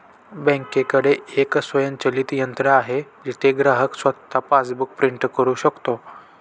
बँकेकडे एक स्वयंचलित यंत्र आहे जिथे ग्राहक स्वतः पासबुक प्रिंट करू शकतो